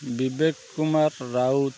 Vivek Kumar Raut